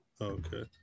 okay